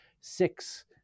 six